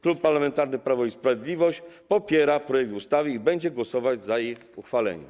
Klub Parlamentarny Prawo i Sprawiedliwość popiera projekt ustawy i będzie głosować za jego uchwaleniem.